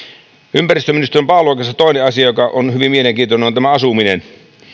ympäristöministeriön pääluokassa toinen asia joka on hyvin mielenkiintoinen on asuminen